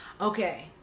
okay